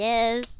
Yes